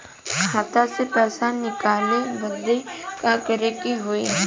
खाता से पैसा निकाले बदे का करे के होई?